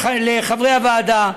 לחברי הוועדה,